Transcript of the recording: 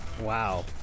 Wow